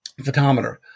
photometer